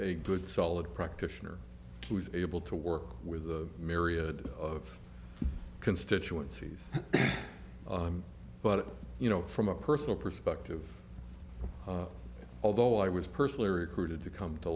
a good solid practitioner who is able to work with a myriad of constituencies but you know from a personal perspective although i was personally recruited to come to